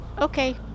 Okay